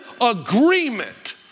agreement